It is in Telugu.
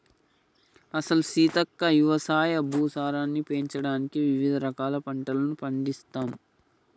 అసలు సీతక్క యవసాయ భూసారాన్ని పెంచడానికి వివిధ రకాల పంటలను పండిత్తమ్